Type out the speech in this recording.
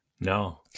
no